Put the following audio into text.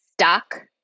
stuck